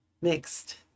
Mixed